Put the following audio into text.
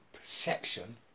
perception